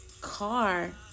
car